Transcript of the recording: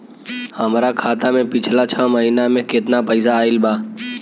हमरा खाता मे पिछला छह महीना मे केतना पैसा आईल बा?